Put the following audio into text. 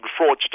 fraudster